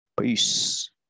Peace